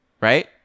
right